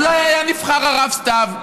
אולי היה נבחר הרב סתיו?